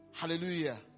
hallelujah